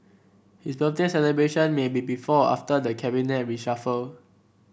his birthday celebration may be before after the Cabinet reshuffle